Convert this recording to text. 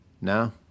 no